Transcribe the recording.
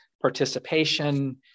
participation